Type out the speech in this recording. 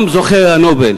גם זוכי פרס נובל